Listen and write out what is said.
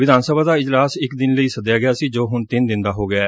ਵਿਧਾਨ ਸਭਾ ਦਾ ਇਜਲਾਸ ਇਕ ਦਿਨ ਲਈ ਸੱਦਿਆ ਗਿਆ ਸੀ ਜੋ ਹੁਣ ਤਿੰਨ ਦਿਨ ਦਾ ਹੋ ਗਿਐ